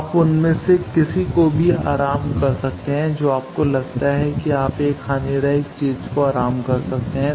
आप उनमें से किसी को भी आराम कर सकते हैं जो आपको लगता है कि आप एक हानिरहित चीज़ को आराम कर सकते हैं